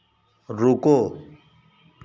रुको